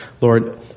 Lord